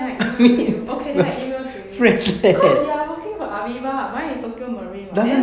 okay then I give them to you then I give one to you cause you are working for aviva but mine is tokio marine [what]